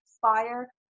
fire